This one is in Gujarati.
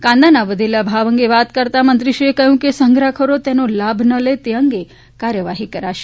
કાંદાના વધેલા ભાવ અંગે વાત કરતા મંત્રીશ્રીએ કહ્યું હતું કે સંગ્રહખોરો તેનો લાભ ન લે તે અંગે કાર્યવાહી કરાશે